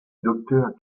docteur